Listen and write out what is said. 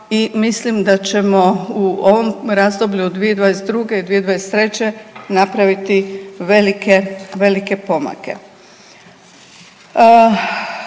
i mislim da ćemo u ovom razdoblju od 2022. i 2023. napraviti velike, velike